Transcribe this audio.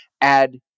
add